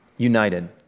united